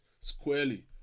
squarely